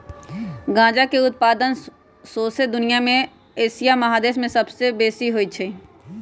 गजा के उत्पादन शौसे दुनिया में एशिया महादेश में सबसे बेशी होइ छइ